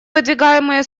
выдвигаемые